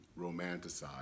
romanticize